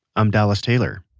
i'm dallas taylor